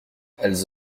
elles